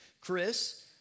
Chris